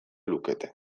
lukete